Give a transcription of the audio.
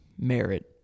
merit